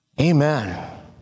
Amen